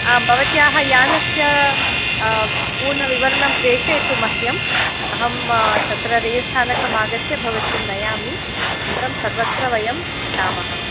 आं भवत्याः यानस्य पूर्णविवरणं प्रेषयतु मह्यम् अहं तत्र रैल्स्थानमागत्य भवतीं नयामि अनन्तरं सर्वत्र वयम् अटामः